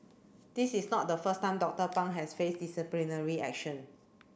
this is not the first time Doctor Pang has face disciplinary action